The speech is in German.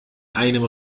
einem